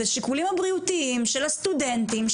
את השיקולים הבריאותיים של הסטודנטים,